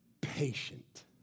patient